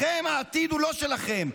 לכם, העתיד הוא לא שלכם.